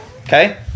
Okay